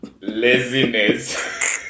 laziness